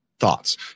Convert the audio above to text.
Thoughts